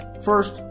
First